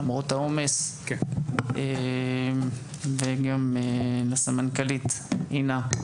למרות העומס וגם לסמנכ"לית אינה,